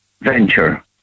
venture